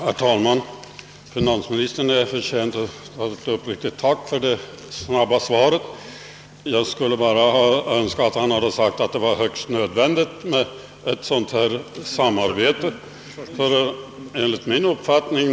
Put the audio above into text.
Herr talman! Finansministern är förtjänt av ett uppriktigt tack för det snabba svaret på min fråga. Jag skulle emellertid ha önskat att han sagt att ifrågavarande samarbete är högst nödvändigt.